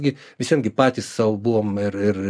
gi visivien gi patys sau buvom irir